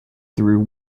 through